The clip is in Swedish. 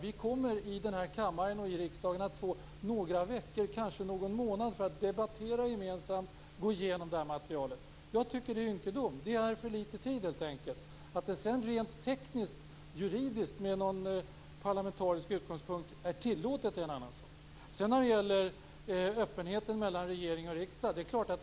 Vi kommer i kammaren att få några veckor, kanske någon månad, för att gemensamt debattera och gå igenom materialet. Jag tycker att det är ynkedom. Det är för litet tid. Det är en annan sak att det från parlamentarisk utgångspunkt är rent teknisktjuridiskt tillåtet. Sedan var det öppenheten mellan regering och riksdag.